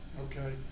Okay